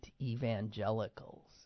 evangelicals